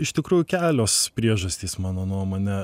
iš tikrųjų kelios priežastys mano nuomone